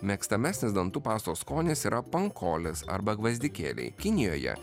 mėgstamesnis dantų pastos skonis yra pankolis arba gvazdikėliai kinijoje